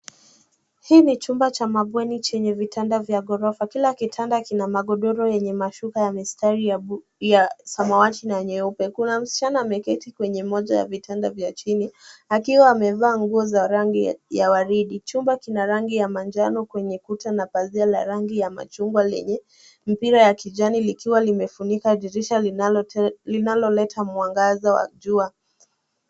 Hii ni chumba cha mabweni chenye vitanda vya ghorofa. Kila kitanda kina magodoro yenye mashuka ya mistari ya samawati na nyeupe. Kuna msichana ameketi kwenye moja ya vitanda vya chini akiwa amevaa nguo za rangi ya waridi. Chumba kina rangi ya manjano kwenye kuta na pazia la rangi ya machungwa lenye mpira ya kijani likiwa limefunika dirisha linaloleta mwangaza wa jua.